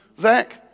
Zach